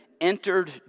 entered